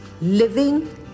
living